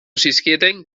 zizkieten